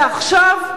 ועכשיו,